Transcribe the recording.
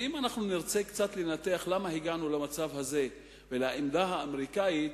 ואם נרצה לנתח קצת למה הגענו למצב הזה ולעמדה האמריקנית,